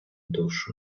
душу